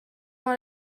want